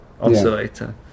oscillator